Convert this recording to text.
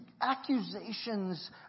accusations